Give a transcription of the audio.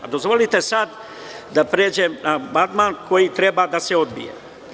Dozvolite sada da pređem na amandman koji treba da se odbije.